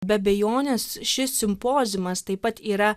be abejonės šis simpoziumas taip pat yra